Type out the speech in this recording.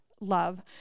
love